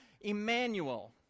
Emmanuel